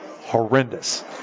horrendous